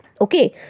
Okay